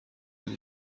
این